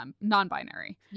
non-binary